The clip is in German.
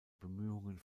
bemühungen